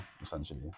essentially